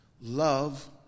love